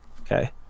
Okay